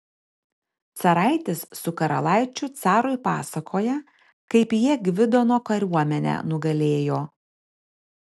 caraitis su karalaičiu carui pasakoja kaip jie gvidono kariuomenę nugalėjo